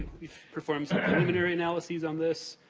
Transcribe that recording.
we've performed some preliminary analysis on this,